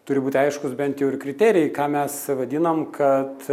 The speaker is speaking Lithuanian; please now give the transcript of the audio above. turi būti aiškūs bent jau ir kriterijai ką mes vadinam kad